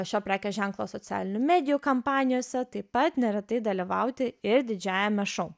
šio prekės ženklo socialinių medijų kampanijose taip pat neretai dalyvauti ir didžiajame šou